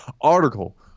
article